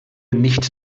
nicht